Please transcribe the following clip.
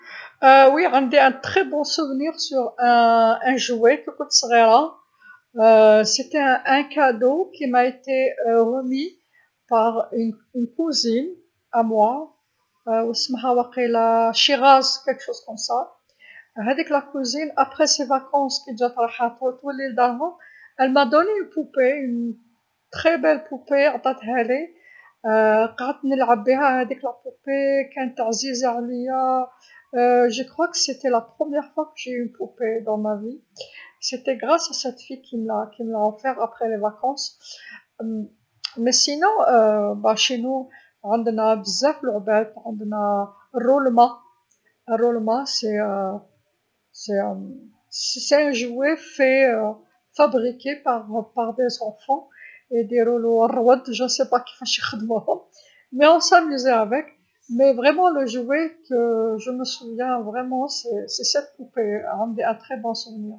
نعم عندي ذكرى بزاف شابة على لعبه ككنت صغيرا، كان هديه مقدمه من بنت عمي أنا و إسمها شيراز و لا حاجه هكذا، هاذيك بنت العم مور العطله جات رايحا تولي لدارهم عطاتني بوبيا، بوبيا شابة بزاف عطاتهالي قعدت نلعب بيها هاذيك بوبيا كانت عزيزا عليا، وقيلا كانت مرا لولا لكانت عندي فيها بوبيا في حياتي كانت بسباب هاذيك شيرا لعطاتهالي مور العطله، بصح عندنا بزاف لعبات عندنا رولما، رولما هي هي لعبا مديورا فضل فريق تع دراري و رولو أرود معلاباليش كيفاش يخدموهم بصح كنا نستمتعو بيها، بصح هي لعبا لنتفكرها نيشان هي هاذي بوببا عندي ذكرى بزاف شابه.